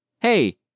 hey